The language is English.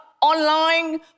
online